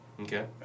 okay